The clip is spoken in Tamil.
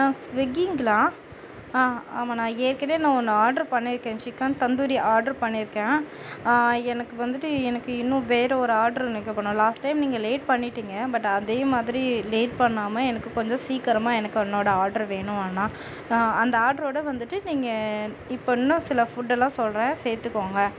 ஸ்விகிங்களா ஆ ஆமாம் நான் ஏற்கனவே நான் ஒன்று ஆட்ர்ரு பண்ணிருக்கேன் சிக்கன் தந்தூரி ஆட்ர்ரு பண்ணியிருக்கேன் எனக்கு வந்துட்டு எனக்கு இன்னும் வேறு ஒரு ஆட்ர்ரு லாஸ்ட் டைம் நீங்கள் லேட் பண்ணிவிட்டீங்க பட் அதே மாதிரி லேட் பண்ணாமல் எனக்கு கொஞ்சம் சீக்கரமாக எனக்கு என்னோட ஆட்ர்ரு வேணும் அண்ணா அந்த ஆட்ரோட வந்துட்டு நீங்கள் இப்போ இன்னும் சில ஃபுட் எல்லாம் சொல்கிறேன் சேர்த்துக்கோங்க